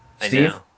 Steve